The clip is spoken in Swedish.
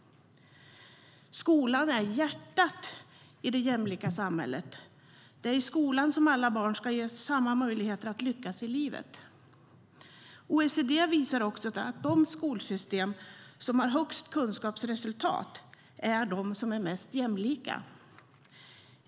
Skolan är hjärtat i det jämlika samhället. Det är i skolan som alla barn ska ges samma möjligheter att lyckas i livet. OECD visar också att de skolsystem som har högst kunskapsresultat är de som är mest jämlika.